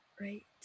right